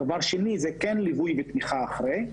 דבר שני, זה כן ליווי ותמיכה אחרי.